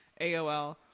AOL